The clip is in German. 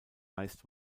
meist